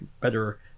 better